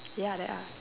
ya there are